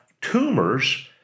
tumors